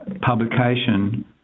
publication